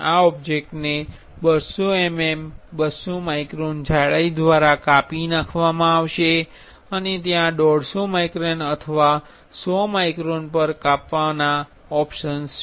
આ ઓબ્જેક્ટને 200 mm 200 micron જાડાઈ દ્વારા કાપી નાંખવામાં આવશે અને ત્યાં 150 માઇક્રોન અથવા 100 માઇક્રોન પર કાપવાનાં ઓપ્શન્સ છે